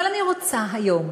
אבל אני רוצה היום,